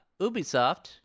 Ubisoft